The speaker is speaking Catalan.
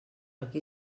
aquí